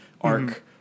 arc